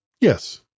Yes